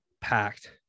Packed